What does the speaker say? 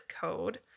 code